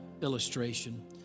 illustration